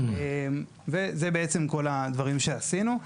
וזה בעצם כל הדברים שעשינו.